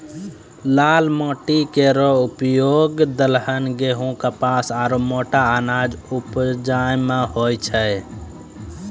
लाल माटी केरो उपयोग दलहन, गेंहू, कपास आरु मोटा अनाज उपजाय म होय छै